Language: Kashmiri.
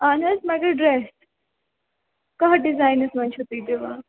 اہَن حظ مگر ڈرٛیس کَتھ ڈِزایَنس منٛز چھُو تُہۍ دِوان